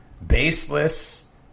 baseless